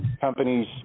companies